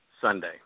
Sunday